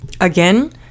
Again